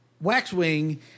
Waxwing